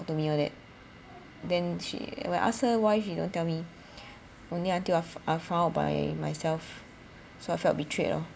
talk to me all that then she when I ask her why she don't tell me only until af~ I found out by myself so I felt betrayed lor